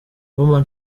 women